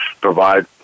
provide